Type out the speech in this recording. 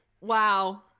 wow